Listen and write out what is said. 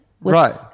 Right